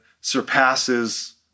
surpasses